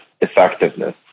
effectiveness